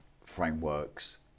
frameworks